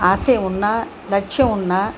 ఆశయం ఉన్నా లక్ష్యం ఉన్నా